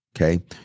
okay